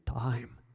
time